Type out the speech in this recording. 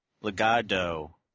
Legato